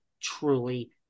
truly